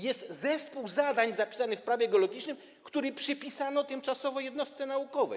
Jest zespół zadań zapisanych w Prawie geologicznym, który przypisano tymczasowo jednostce naukowej.